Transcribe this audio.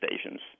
stations